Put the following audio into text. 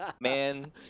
man